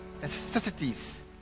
necessities